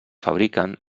fabriquen